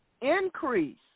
increase